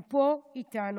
הם פה איתנו.